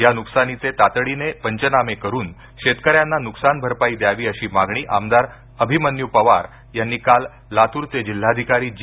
या नुकसानीचे तातडीने पंचनामे करून शेतकऱ्यांना नुकसान भरपाई द्यावी अशी मागणी आमदार अभिमन्यू पवार यांनी काल लातूरचे जिल्हाधिकारी जी